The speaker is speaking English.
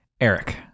Eric